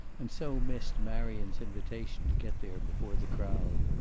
and so missed marion's invitation to get there before the crowd.